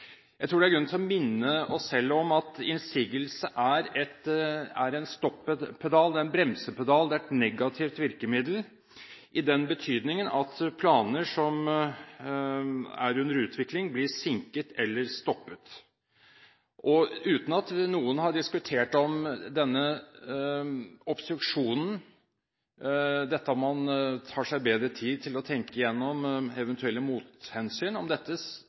Jeg tror det er grunn til å minne oss selv om at innsigelse er en bremsepedal, et negativt virkemiddel i den betydning at planer som er under utvikling, blir sinket eller stoppet uten at noen har diskutert om denne obstruksjonen – det at man tar seg bedre tid til å tenke igjennom eventuelle «mothensyn» – egentlig tilfører planprosessen de kvalitetene som man innbilte seg den gangen man skrev dette